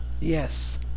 Yes